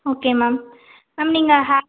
okay ma'am ma'am நீங்கள் hair